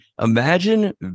Imagine